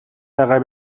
байгаа